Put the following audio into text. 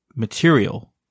material